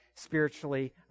spiritually